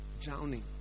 drowning